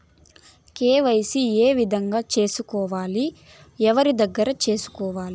KYC ఏ విధంగా సేసుకోవాలి? ఎవరి దగ్గర సేసుకోవాలి?